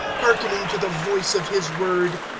hearkening to the voice of his word.